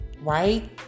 right